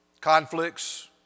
conflicts